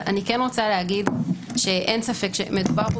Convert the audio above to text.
אני כן רוצה להגיד שאין ספק שמדובר פה